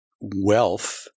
wealth